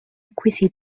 acquisì